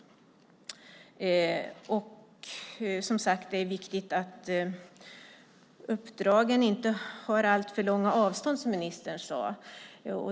Som sagt är det viktigt att uppdragen inte har alltför långa avstånd, som ministern sade.